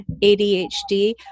ADHD